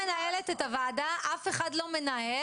אף אחד לא מנהל